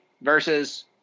versus